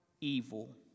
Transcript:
evil